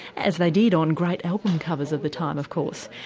as they did on great album covers of the time of course.